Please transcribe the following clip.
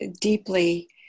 deeply